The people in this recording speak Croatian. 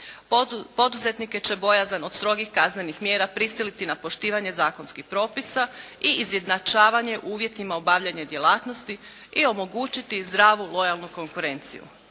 Poduzetnike će bojazan od strogih kaznenih mjera prisiliti na poštivanje zakonskih propisa i izjednačavanje uvjetima obavljanje djelatnosti i omogućiti zdravu lojalnu konkurenciju.